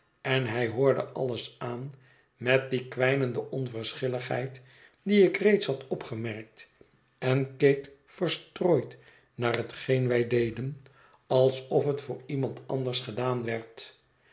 en hij hoorde alles aan met die kwijnende onverschilligheid die ik reeds had opgemerkt en keek verstrooid naar hetgeen wij deden alsof het voor iemand anders gedaan werd